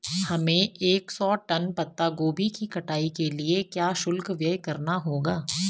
हमें एक सौ टन पत्ता गोभी की कटाई के लिए क्या शुल्क व्यय करना होगा?